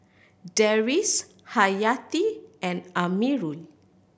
Deris Hayati and Amirul